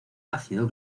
ácido